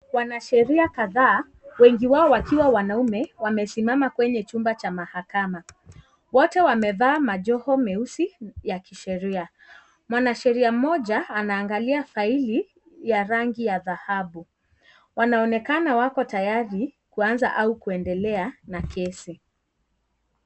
Wanasheria kadhaa wengi wao wakiwa wanaume wamesimama kwenye chumba cha mahakama wote wamevaa majoho meusi ya kisheria ,mwanasheria mmoja anaangalia faili ya rangi ya dhahabu wanaonekana wako tayari kuanza au kuendelea na kesi.